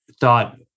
thought